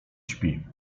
śpi